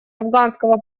афганского